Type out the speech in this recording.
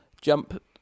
jump